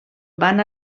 van